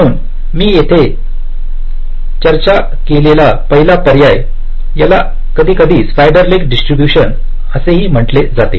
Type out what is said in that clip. म्हणून मी येथे चर्चा केलेला पहिला पर्याय याला कधीकधी स्पायडर लेग डिस्ट्रीब्यूशन म्हटले जाते